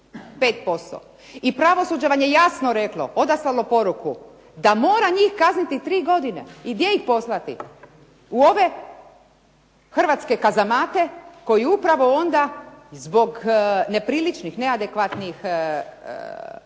I pravosuđe vam je jasno reklo, odaslalo poruku, da mora njih kazniti tri godine i gdje ih poslati, u ove hrvatske kazamate koji upravo onda zbog nepriličnih, neadekvatnih uvjeta